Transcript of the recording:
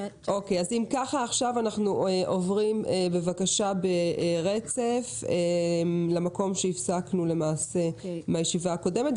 אנחנו עוברים עכשיו להקראה רציפה מהמקום שהפסקנו בישיבה הקודמת.